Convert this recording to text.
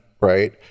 right